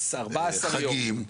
14 יום.